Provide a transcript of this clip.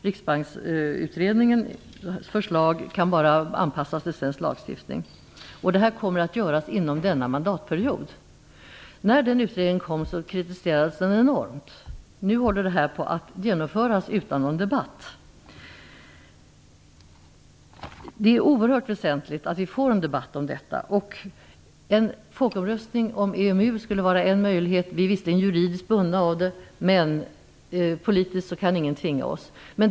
Det räcker att anpassa Riksbanksutredningens förslag till svensk lagstiftning. Det kommer att göras under denna mandatperiod. När den utredningen kom kritiserades den enormt. Nu håller det här på att genomföras utan någon debatt. Det är oerhört väsentligt att vi får en debatt om detta. En folkomröstning om EMU skulle vara en möjlighet. Vi är visserligen juridiskt bundna av det, men politiskt kan ingen tvinga oss.